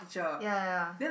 ya ya ya